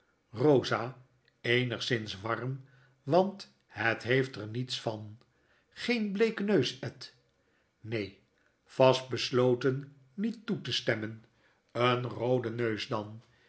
rosa eenigszins warm want het heeft er niets van geen bleeken neus ed p neen vast besloten niet toe te stemmen een rooden neus dan